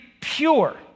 pure